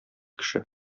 кеше